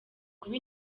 kuba